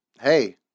hey